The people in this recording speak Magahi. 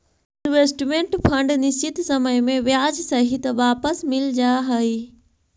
इन्वेस्टमेंट फंड निश्चित समय में ब्याज सहित वापस मिल जा हई